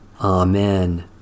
Amen